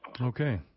Okay